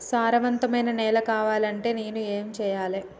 సారవంతమైన నేల కావాలంటే నేను ఏం చెయ్యాలే?